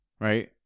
right